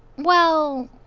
well.